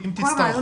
כל דרך